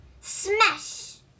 Smash